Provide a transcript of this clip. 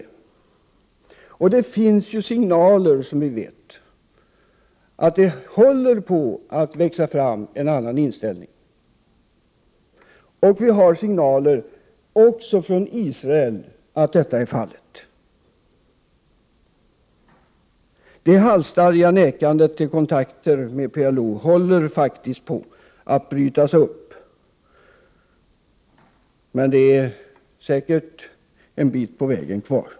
Vi vet ju att det har getts signaler om att det håller på att växa fram en annan inställning. Det har också getts signaler från Israel om att så är fallet. Det halsstarriga nekandet till kontakter med PLO håller faktiskt på att brytas upp. Men det är säkert en bit på vägen kvar.